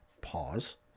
Pause